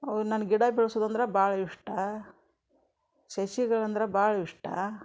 ಅವು ನನ್ನ ಗಿಡ ಬೆಳ್ಸುದಂದ್ರೆ ಭಾಳ ಇಷ್ಟ ಸಸಿಗಳಂದ್ರೆ ಭಾಳ ಇಷ್ಟ